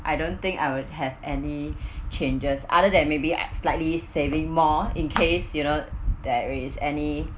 I don't think I would have any changes other than maybe at slightly saving more in case you know there is any